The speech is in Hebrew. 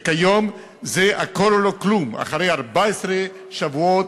וכיום זה הכול או לא כלום: אחרי 14 שבועות,